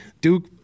Duke